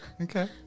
Okay